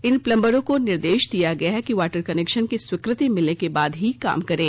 इन पलंबरों को निर्देश दिया गया है कि वाटर कनेक्शन की स्वीकृति मिलने के बाद ही काम करें